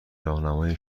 راهنمایی